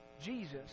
Jesus